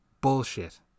Bullshit